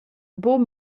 buca